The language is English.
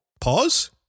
Pause